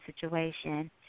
situation